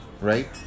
right